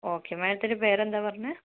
okay മേഡത്തിന്റെ പേരെന്താണ് പറഞ്ഞത്